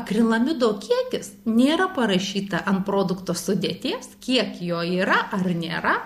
akrilamido kiekis nėra parašyta ant produkto sudėties kiek jo yra ar nėra